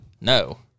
No